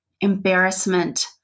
embarrassment